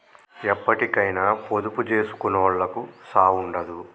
ఎప్పటికైనా పొదుపు జేసుకునోళ్లకు సావుండదు